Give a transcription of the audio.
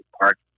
Park